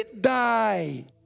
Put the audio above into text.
die